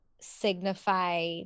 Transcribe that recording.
signify